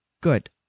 Good